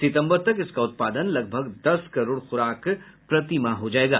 सितंबर तक इसका उत्पादन लगभग दस करोड़ खुराक प्रति माह हो जाएगा